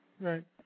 Right